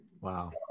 Wow